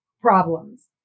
problems